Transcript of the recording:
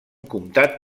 comtat